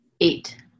Eight